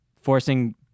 forcing